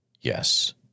Yes